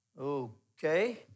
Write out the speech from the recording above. okay